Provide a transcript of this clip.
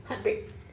heartbreak